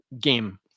game